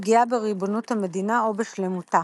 פגיעה בריבונות המדינה או בשלמותה.